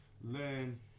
learn